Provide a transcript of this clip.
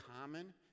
common